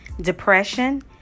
depression